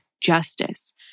justice